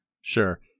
Sure